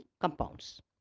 compounds